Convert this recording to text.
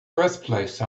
birthplace